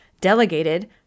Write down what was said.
delegated